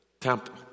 temple